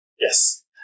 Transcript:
Yes